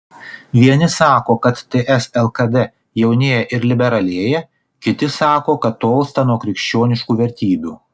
vieni sako kad ts lkd jaunėja ir liberalėja kiti sako kad tolsta nuo krikščioniškų vertybių